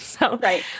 Right